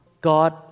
God